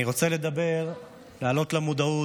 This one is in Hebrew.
אני רוצה לדבר, להעלות למודעות,